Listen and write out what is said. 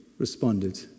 responded